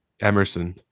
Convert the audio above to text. Emerson